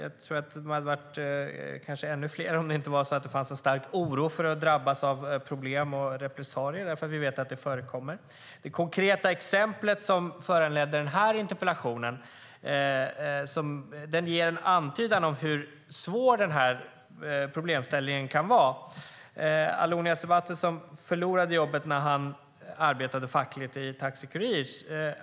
De hade nog kanske varit ännu fler, om det inte hade funnits en stark oro för att drabbas av problem och repressalier. Vi vet att sådant förekommer. Det konkreta exemplet som föranledde den här interpellationen ger en antydan om hur svårt problemet kan vara. Allonias Sebhatu förlorade jobbet när han arbetade fackligt på Taxi Kurir.